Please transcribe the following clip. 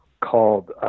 called